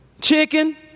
Chicken